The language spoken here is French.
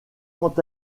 quant